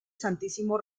santísimo